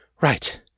Right